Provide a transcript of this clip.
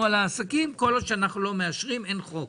על העסקים וכל עוד אנחנו לא מאשרים אין חוק.